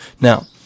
Now